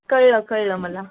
कळलं कळलं मला